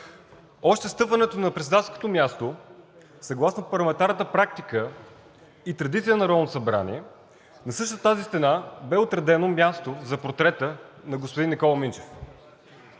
Още с встъпването на председателското място, съгласно парламентарната практика и традиция на Народното събрание, на същата тази стена бе отредено място за портрета на господин Никола Минчев.